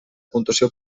puntuació